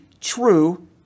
true